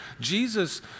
Jesus